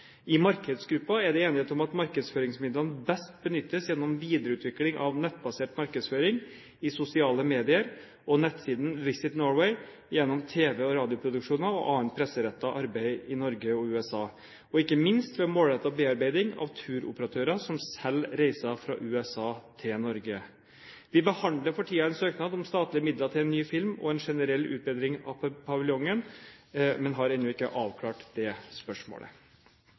I markedsgruppen er det enighet om at markedsføringsmidlene best benyttes gjennom videreutvikling av nettbasert markedsføring i sosiale medier og på nettsiden visitnorway, gjennom tv- og radioproduksjoner og annet presserettet arbeid i Norge og USA, og ikke minst ved målrettet bearbeiding av turoperatører som selv reiser fra USA til Norge. Vi behandler for tiden en søknad om statlige midler til en ny film og en generell utbedring av paviljongen, men har ennå ikke avklart det spørsmålet.